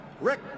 Rick